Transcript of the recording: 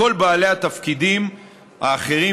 כל בעלי התפקידים האחרים,